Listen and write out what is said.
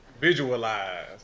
Visualize